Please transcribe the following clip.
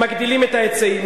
מגדילים את ההיצעים.